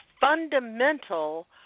fundamental